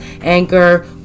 anchor